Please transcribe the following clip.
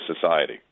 society